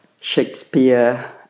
Shakespeare